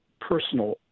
personal